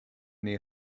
near